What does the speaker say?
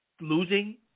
Losing